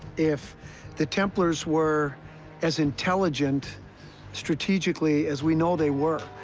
if the templars were as intelligent strategically as we know they were,